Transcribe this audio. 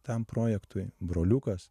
tam projektui broliukas